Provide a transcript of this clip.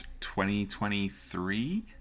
2023